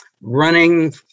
running